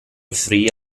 free